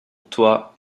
toi